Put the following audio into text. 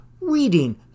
reading